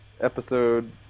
episode